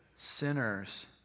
sinners